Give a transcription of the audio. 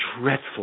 dreadful